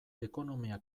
ekonomia